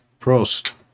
Prost